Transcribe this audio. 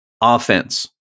offense